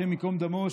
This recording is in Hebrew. השם ייקום דמו,